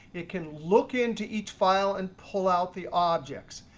it can look into each file and pull out the objects.